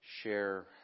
share